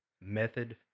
method